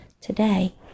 today